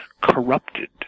corrupted